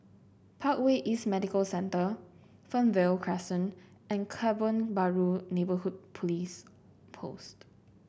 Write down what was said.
Parkway East Medical Centre Fernvale Crescent and Kebun Baru Neighbourhood Police Post